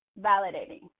validating